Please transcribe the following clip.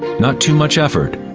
not too much effort,